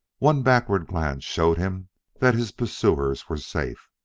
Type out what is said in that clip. one backward glance showed him that his pursuers were safe.